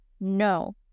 No